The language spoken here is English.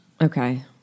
Okay